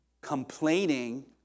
complaining